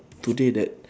today that